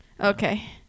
okay